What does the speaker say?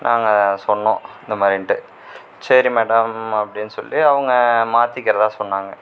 நாங்கள் சொன்னோம் இந்தமாதிரின்ட்டு சரி மேடம் அப்படின்னு சொல்லி அவங்க மாற்றிக்குறதா சொன்னாங்க